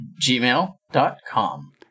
gmail.com